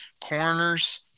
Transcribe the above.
corners